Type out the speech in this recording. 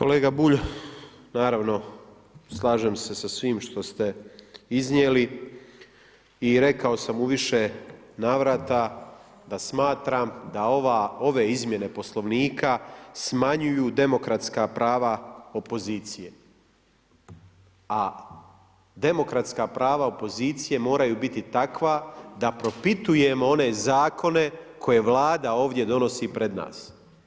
Kolega Bulj, naravno, slažem se sa svime što ste iznijeli i rekao sam u više navrata da smatram da ove izmjene Poslovnika smanjuju demokratska prava opozicije, a demokratska prava opozicije moraju biti takva da propitujemo one zakone koje Vlada ovdje donosi pred nas.